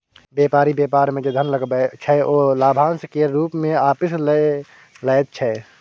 बेपारी बेपार मे जे धन लगबै छै ओ लाभाशं केर रुप मे आपिस लए लैत छै